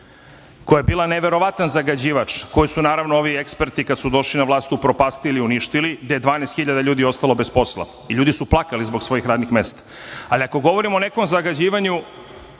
koja je bila neverovatan zagađivač, koju su naravno ovi eksperti kada su došli na vlast upropastili, uništili, gde je 12 hiljada ljudi ostalo bez posla i ljudi su plakali zbog svojih radnih mesta. Ali, kako govorimo o nekom zagađivanju,